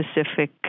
specific